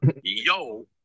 Yo